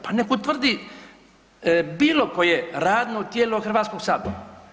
Pa nek' utvrdi bilo koje radno tijelo Hrvatskog sabora.